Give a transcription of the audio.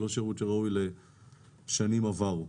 לא שירות שראוי לשנים עברו.